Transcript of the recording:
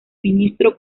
ministro